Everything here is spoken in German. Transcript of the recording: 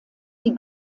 sie